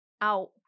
out